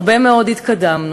הרבה מאוד התקדמנו,